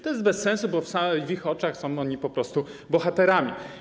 To jest bez sensu, bo w ich oczach są oni po prostu bohaterami.